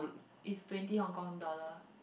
it's twenty Hong Kong dollar